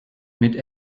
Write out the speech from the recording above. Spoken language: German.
mit